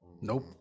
Nope